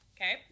okay